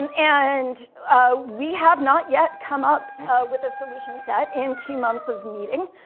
and and we have not yet come up with a solution set, in two months of meeting.